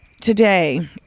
today